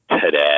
today